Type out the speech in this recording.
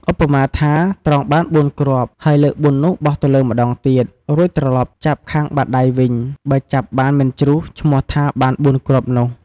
ឧបមាថា ត្រងបាន៤គ្រាប់ ហើយលើក ៤ នោះបោះទៅលើម្តងទៀត រួចត្រឡប់ចាប់ខាងបាតដៃវិញ បើចាប់បានមិនជ្រុះឈ្មោះថាបាន ៤គ្រាប់នោះ។